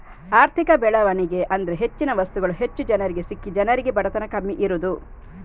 ಆರ್ಥಿಕ ಬೆಳವಣಿಗೆ ಅಂದ್ರೆ ಹೆಚ್ಚಿನ ವಸ್ತುಗಳು ಹೆಚ್ಚು ಜನರಿಗೆ ಸಿಕ್ಕಿ ಜನರಿಗೆ ಬಡತನ ಕಮ್ಮಿ ಇರುದು